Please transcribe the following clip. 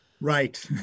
Right